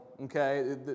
okay